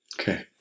Okay